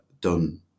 done